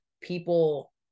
people